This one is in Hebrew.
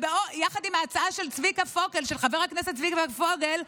יחד עם ההצעה של חבר הכנסת צביקה פוגל,